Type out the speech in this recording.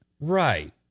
Right